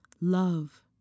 Love